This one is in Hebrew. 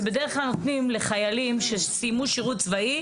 בדרך כלל נותנים לחיילים שסיימו שרות צבאי,